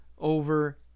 over